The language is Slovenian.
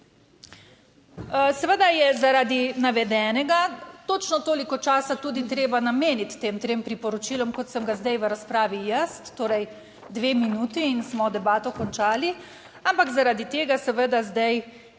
Seveda je zaradi navedenega točno toliko časa tudi treba nameniti tem trem priporočilom, kot sem ga zdaj v razpravi jaz, torej 2 minuti, in smo debato končali. Ampak zaradi tega seveda zdaj